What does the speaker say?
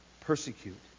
persecute